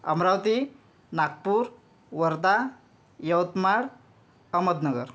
Amravati Nagpur Wardha Yavatmal Ahmednagar